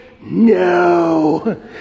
no